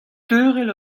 teurel